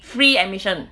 free admission